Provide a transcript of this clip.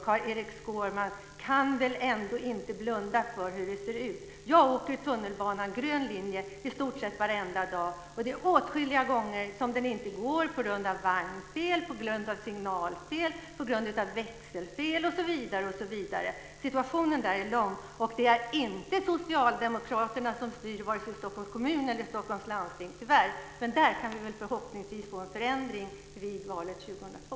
Carl-Erik Skårman kan väl ändå inte blunda för hur det ser ut när det gäller kollektivtrafiken i Stockholm. I stort sett varje dag åker jag med tunnelbanans gröna linje. Det är åtskilliga gånger som tunnelbanan inte går på grund av vagnfel, signalfel, växelfel osv. Situationen där är lam. Det är - tyvärr - inte Socialdemokraterna som styr vare sig i Stockholms kommun eller i Stockholms landsting, men där kan vi förhoppningsvis få en förändring vid valet 2002.